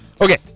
Okay